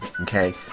okay